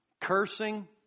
Cursing